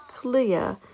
clear